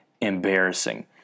embarrassing